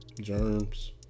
germs